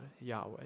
Yahweh